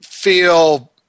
feel